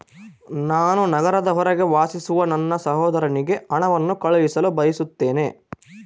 ನಾನು ನಗರದ ಹೊರಗೆ ವಾಸಿಸುವ ನನ್ನ ಸಹೋದರನಿಗೆ ಹಣವನ್ನು ಕಳುಹಿಸಲು ಬಯಸುತ್ತೇನೆ